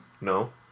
No